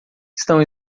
estão